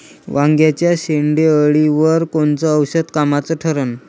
वांग्याच्या शेंडेअळीवर कोनचं औषध कामाचं ठरन?